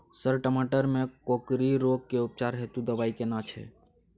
Sir टमाटर में कोकरि रोग के उपचार हेतु दवाई केना छैय?